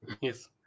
Yes